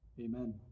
Amen